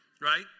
right